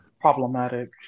problematic